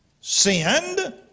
sinned